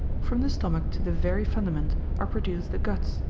from the stomach to the very fundament are produced the guts,